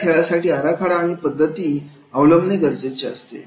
या खेळासाठी आराखडा आणि पद्धती अवलंबने गरजेचे असते